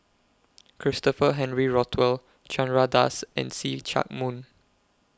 Christopher Henry Rothwell Chandra Das and See Chak Mun